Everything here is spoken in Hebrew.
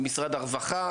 במשרד הרווחה,